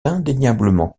indéniablement